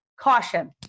caution